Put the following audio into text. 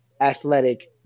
athletic